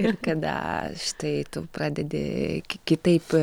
ir kada štai tu pradedi kitaip